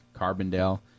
Carbondale